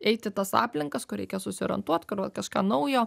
eit į tas aplinkas kur reikia susiorientuot kur vat kažką naujo